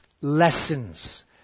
lessons